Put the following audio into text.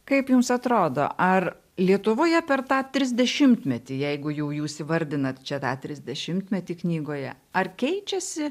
kaip jums atrodo ar lietuvoje per tą trisdešimtmetį jeigu jūs įvardinate čia tą trisdešimtmetį knygoje ar keičiasi